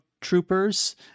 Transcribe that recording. troopers